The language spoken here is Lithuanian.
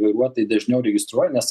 vairuotojai dažniau registruoja nes